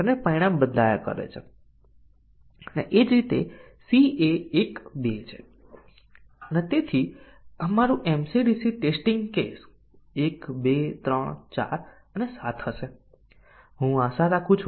હવે આ પ્રેરણાથી ઘણા એવા પ્રોગ્રામ્સ છે કે જ્યાં કન્ડિશન વાક્યોમાં સંખ્યાબંધ એટોમિક કન્ડિશન 20 30 ના ક્રમમાં મોટા હોય